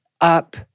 up